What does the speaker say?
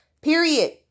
period